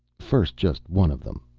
first just one of them.